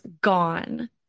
gone